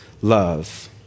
love